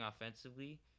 offensively